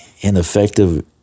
ineffective